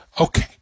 Okay